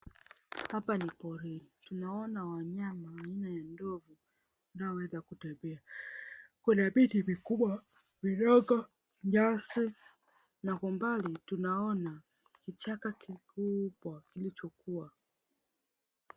Hapa ni porini, tunaona wanyama aina ya ndovu wanaoweza kutembea. Kuna miti mikubwa, midogo, nyasi na kwa mbali tunaona kichaka kikubwa kilichokuwa.